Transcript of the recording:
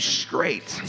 straight